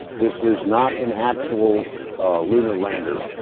this is not an actual lunar lander.